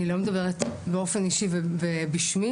אני לא מדברת באופן אישי ובשמי,